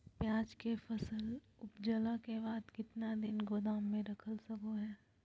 प्याज के फसल उपजला के बाद कितना दिन गोदाम में रख सको हय?